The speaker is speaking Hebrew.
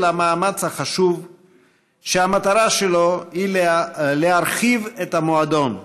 למאמץ חשוב שהמטרה שלו היא להרחיב את המועדון,